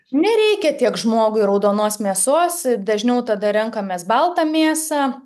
nereikia tiek žmogui raudonos mėsos dažniau tada renkamės baltą mėsą